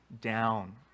down